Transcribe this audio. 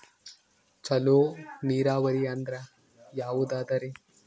ಚಲೋ ನೀರಾವರಿ ಅಂದ್ರ ಯಾವದದರಿ?